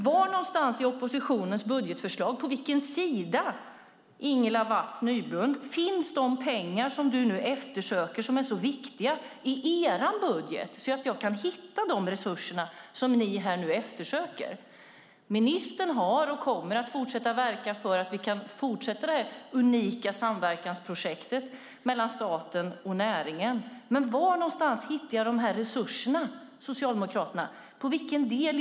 Var i ert budgetförslag finns de pengar som du eftersöker och som är så viktiga, Ingela Nylund Watz? På vilken sida hittar jag dem? Ministern kommer att verka för att det unika samverkansprojektet mellan staten och näringen ska kunna fortsätta, men var någonstans hittar jag Socialdemokraternas resurser?